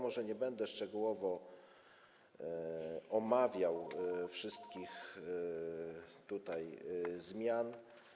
Może nie będę szczegółowo omawiał wszystkich zmian.